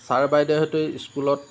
sir বাইদেউহঁতে স্কুলত